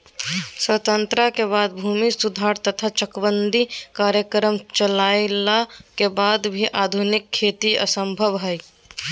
स्वतंत्रता के बाद भूमि सुधार तथा चकबंदी कार्यक्रम चलइला के वाद भी आधुनिक खेती असंभव हई